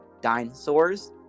dinosaurs